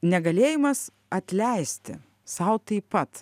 negalėjimas atleisti sau taip pat